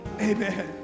amen